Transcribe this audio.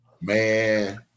Man